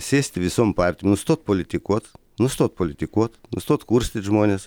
sėsti visom partijom nustot politikuot nustot politikuot nustot kurstyt žmones